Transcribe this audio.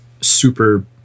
super